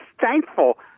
thankful